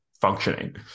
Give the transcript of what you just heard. functioning